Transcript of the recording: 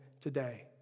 today